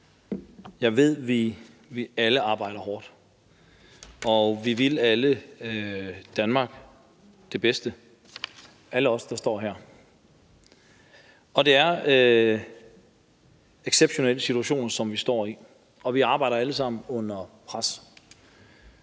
jeg ved, vi alle arbejder hårdt, og vi vil alle Danmark det bedste – alle os, der står her. Og det er en exceptionel situation, som vi står i, og vi arbejder alle sammen under pres.